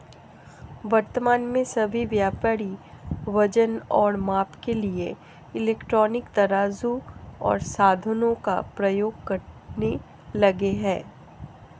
वर्तमान में सभी व्यापारी वजन और माप के लिए इलेक्ट्रॉनिक तराजू ओर साधनों का प्रयोग करने लगे हैं